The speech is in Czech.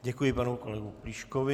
Děkuji panu kolegovi Plíškovi.